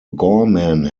gorman